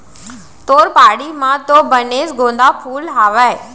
तोर बाड़ी म तो बनेच गोंदा फूल हावय